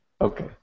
Okay